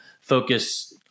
focus